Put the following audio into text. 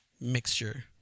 mixture